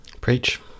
Preach